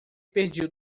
pediu